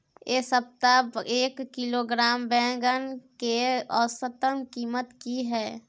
ऐ सप्ताह एक किलोग्राम बैंगन के औसत कीमत कि हय?